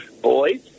boys